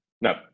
no